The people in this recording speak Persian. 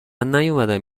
نیومدم